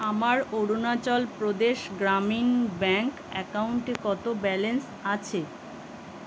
আমার অরুণাচল প্রদেশ গ্রামীণ ব্যাঙ্ক অ্যাকাউন্টে কত ব্যালেন্স আছে